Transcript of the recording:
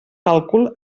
càlcul